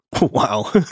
Wow